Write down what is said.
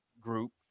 group